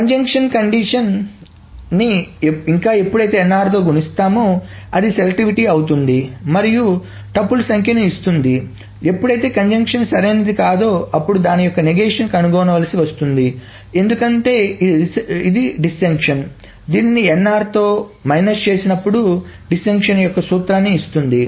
conjunction condition నీ ఇంకాఎప్పుడైతే nr తో గుణిస్తామౌ అది సెలెక్టివిటీ అవుతుంది మరియు టుపుల్స్ సంఖ్యను ఇస్తుంది ఎప్పుడైతే కంజంక్షన్ సరైనది కాదో అప్పుడు దాని యొక్క నగేష్షన్ కనుగొనవలసి ఉంటుంది ఎందుకంటే ఇది డిష్జంక్షన్ దీనిని nr తో మైనస్ చేసినప్పుడు డిష్జంక్షన్ యొక్క సూత్రాన్ని ఇస్తుంది